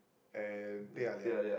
and teh-halia